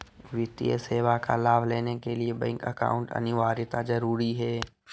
वित्तीय सेवा का लाभ लेने के लिए बैंक अकाउंट अनिवार्यता जरूरी है?